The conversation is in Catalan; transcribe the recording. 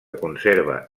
conserva